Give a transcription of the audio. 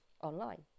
online